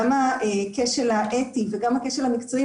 גם הכשל האתי וגם הכשל המקצועי,